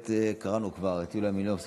אנחנו אומרים לכולם חג שמח,